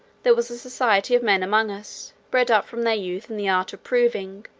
there was a society of men among us, bred up from their youth in the art of proving,